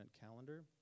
calendar